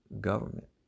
government